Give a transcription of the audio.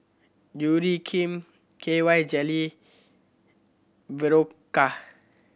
Urea Cream K Y Jelly Berocca